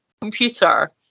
computer